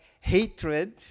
hatred